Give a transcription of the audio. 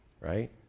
Right